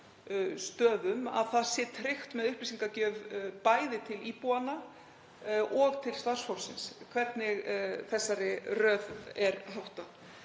stöðum, að tryggt sé með upplýsingagjöf bæði til íbúanna og til starfsfólksins hvernig þessari röð er háttað.